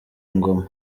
ingoma